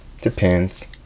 Depends